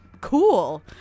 Cool